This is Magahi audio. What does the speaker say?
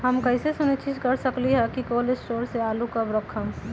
हम कैसे सुनिश्चित कर सकली ह कि कोल शटोर से आलू कब रखब?